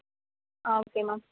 okay ma'am